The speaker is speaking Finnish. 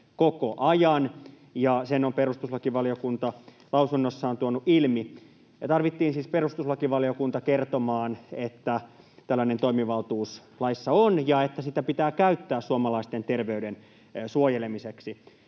koko ajan, ja sen on perustuslakivaliokunta lausunnossaan tuonut ilmi. Tarvittiin siis perustuslakivaliokunta kertomaan, että tällainen toimivaltuus laissa on ja että sitä pitää käyttää suomalaisten terveyden suojelemiseksi.